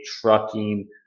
trucking